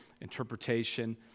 interpretation